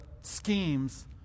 schemes